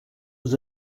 was